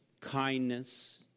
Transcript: kindness